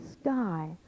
sky